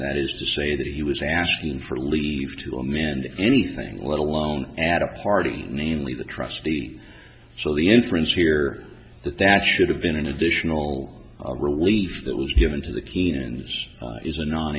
that is to say that he was asking for leave to amend anything let alone at a party namely the trustee so the inference here that that should have been an additional relief that was given to the kenyans is a non